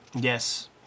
yes